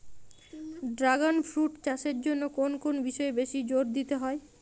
Dragon fruit চাষের জন্য কোন কোন বিষয়ে বেশি জোর দিতে হয়?